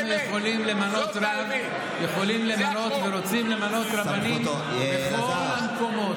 אנחנו יכולים ורוצים למנות רבנים בכל המקומות.